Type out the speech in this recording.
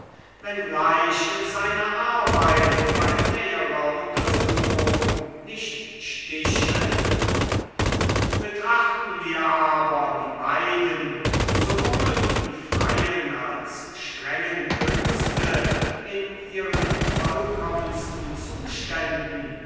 wenngleich seine arbeit bei näherer untersuchung nicht stich hält betrachten wir aber die beiden sowohl die freien als strengen künste in ihren vollkommensten zuständen